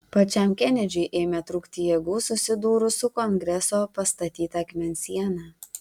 pačiam kenedžiui ėmė trūkti jėgų susidūrus su kongreso pastatyta akmens siena